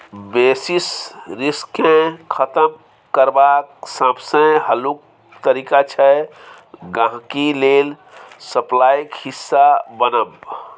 basis risk केँ खतम करबाक सबसँ हल्लुक तरीका छै गांहिकी लेल सप्लाईक हिस्सा बनब